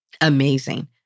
amazing